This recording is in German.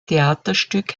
theaterstück